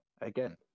again